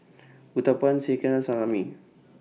Uthapam Sekihan and Salami